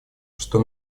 что